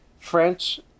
French